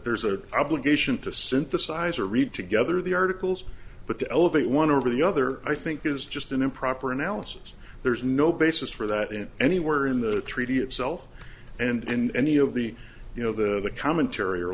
there's a obligation to synthesize or read together the articles but to elevate one over the other i think is just an improper analysis there's no basis for that in anywhere in the treaty itself and any of the you know the commentary or